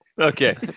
Okay